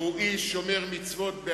שהוא עצמו איש שומר מצוות,